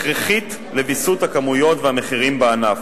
הכרחית לוויסות הכמויות והמחירים בענף,